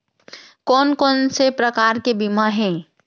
कोन कोन से प्रकार के बीमा हे?